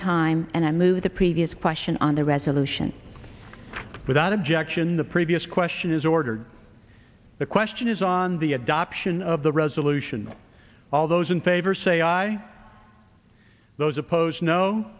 time and i move the previous question on the resolution without objection the previous question is ordered the question is on the adoption of the resolution all those in favor say aye those opposed